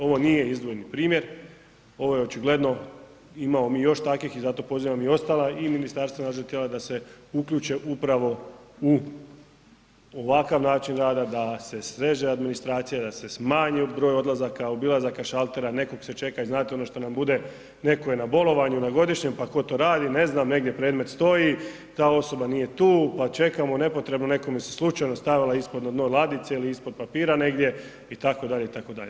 Ovo nije izdvojeni primjer, ovo je očigledno, imamo mi još takvih i zato pozivam i ostala i ministarstva i razna tijela da se uključe upravo u ovakav način rada, da se sreže administracija, da se smanji broj odlazaka, obilazaka šaltera, nekog se čeka i znat ono što nam bude, netko je na bolovanju, na godišnjem, pa tko to radi, ne znam, negdje predmet stoji, ta osoba nije tu, pa čekamo nepotrebno, nekome se slučajno stavila ispod na dno ladice ili ispod papira negdje itd., itd.